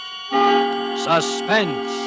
Suspense